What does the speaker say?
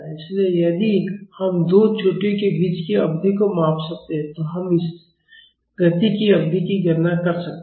इसलिए यदि हम दो चोटियों के बीच की अवधि को माप सकते हैं तो हम इस गति की अवधि की गणना कर सकते हैं